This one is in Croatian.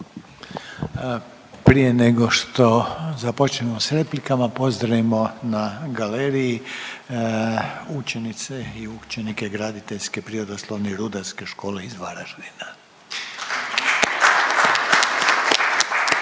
Prije nego što započnemo s replikama pozdravimo na galeriji učenice i učenike Graditeljske, prirodoslovne i rudarske škole iz Varaždina